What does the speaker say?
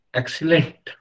excellent